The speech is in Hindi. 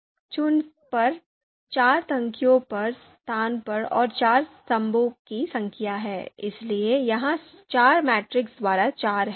चूंकि चार पंक्तियों की संख्या और चार स्तंभों की संख्या है इसलिए यह चार मैट्रिक्स द्वारा चार है